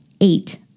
eight